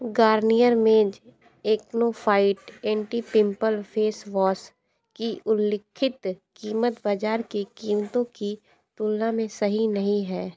Garnier men Acnofight anti pimple facewash की उल्लिखित कीमत बाज़ार की कीमतों की तुलना में सही नहीं है